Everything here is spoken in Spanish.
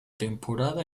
temporada